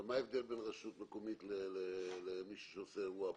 מה ההבדל בין רשות מקומית למישהו שעושה אירוע פרטי?